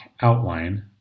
outline